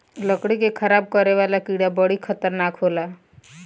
लकड़ी के खराब करे वाला कीड़ा बड़ी खतरनाक होला